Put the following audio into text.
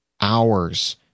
hours